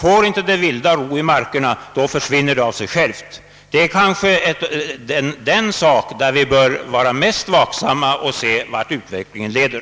Får inte det vilda ro i markerna, försvinner det av sig självt. Det är främst beträffande den saken vi måste vara vaksamma för att se vart utvecklingen leder.